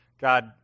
God